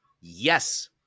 Yes